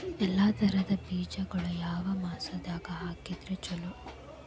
ಎಲ್ಲಾ ತರದ ಬೇಜಗೊಳು ಯಾವ ಮಾಸದಾಗ್ ಹಾಕಿದ್ರ ಛಲೋ?